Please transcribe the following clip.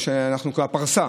קו הפרסה,